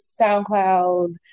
SoundCloud